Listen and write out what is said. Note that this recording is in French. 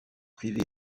privés